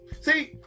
See